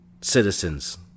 Citizens